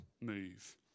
move